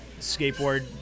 skateboard